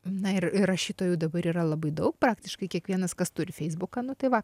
na ir ir rašytojų dabar yra labai daug praktiškai kiekvienas kas turi feisbuką nu tai va